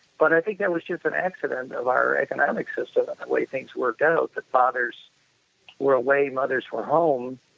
but i think that was just an accident of our economic system in the way things worked out, that fathers were away, mothers were home.